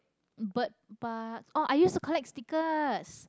bird-park oh i used to collect stickers